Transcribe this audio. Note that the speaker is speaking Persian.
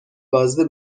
بازده